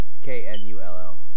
K-N-U-L-L